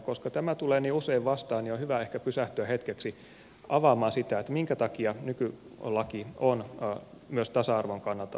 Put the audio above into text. koska tämä tulee niin usein vastaan on hyvä ehkä pysähtyä hetkeksi avaamaan sitä minkä takia nykylaki on myös tasa arvon kannalta ongelmallinen